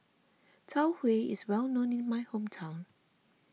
Tau Huay is well known in my hometown